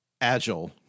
agile